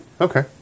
Okay